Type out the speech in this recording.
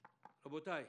רבותיי,